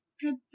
Good